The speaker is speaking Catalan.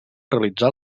realitza